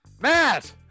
Matt